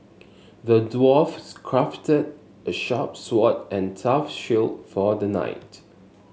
the dwarfs crafted a sharp sword and tough shield for the knight